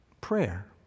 prayer